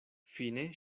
fine